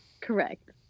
Correct